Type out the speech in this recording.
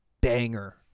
banger